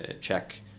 check